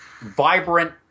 vibrant